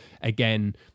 again